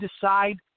decide